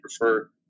prefer